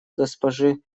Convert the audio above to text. госпожи